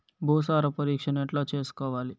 భూసార పరీక్షను ఎట్లా చేసుకోవాలి?